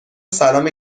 سلام